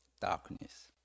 darkness